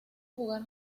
jugar